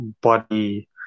body